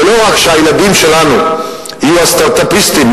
ולא רק שהילדים שלנו יהיו הסטארט-אפיסטים,